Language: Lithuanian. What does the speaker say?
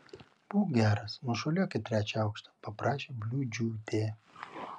būk geras nušuoliuok į trečią aukštą paprašė bliūdžiūtė